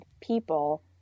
people